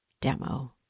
demo